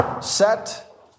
set